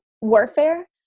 warfare